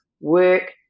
work